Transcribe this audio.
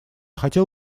хотел